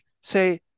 say